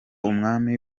umwami